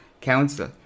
Council